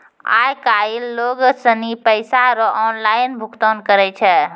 आय काइल लोग सनी पैसा रो ऑनलाइन भुगतान करै छै